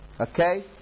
Okay